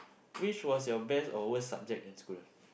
which was your best or worst subject in school